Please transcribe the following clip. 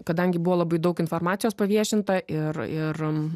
kadangi buvo labai daug informacijos paviešinta ir ir